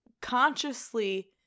consciously